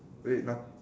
wait my